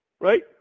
right